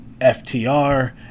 ftr